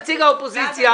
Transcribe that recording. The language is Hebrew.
נציג האופוזיציה,